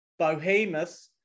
bohemus